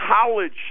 college